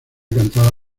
cantada